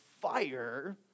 fire